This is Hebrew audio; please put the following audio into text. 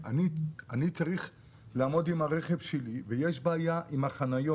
אני צריך לעמוד עם הרכב שלי ויש בעיה עם החניות